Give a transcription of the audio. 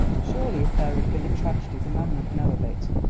surely if there had been a tragedy the man would know of it,